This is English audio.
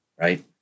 right